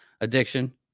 addiction